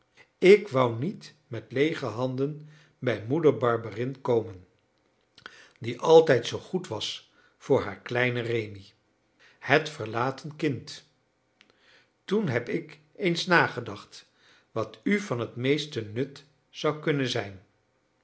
ik wou niet met leege handen bij moeder barberin komen die altijd zoo goed was voor haar kleinen rémi het verlaten kind toen heb ik eens nagedacht wat u van t meeste nut zou kunnen zijn